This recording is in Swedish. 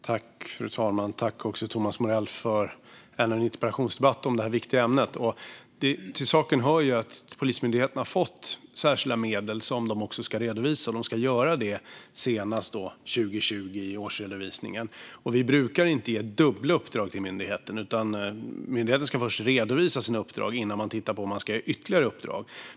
Fru talman! Tack, Thomas Morell, för ännu en interpellation om detta viktiga ämne! Till saken hör att Polismyndigheten har fått särskilda medel som ska redovisas senast i årsredovisningen 2020. Vi brukar inte ge dubbla uppdrag till myndigheter, utan myndigheten ska först redovisa sina uppdrag innan man tittar på om man ska ge ytterligare uppdrag.